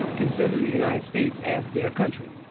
consider the united states as their country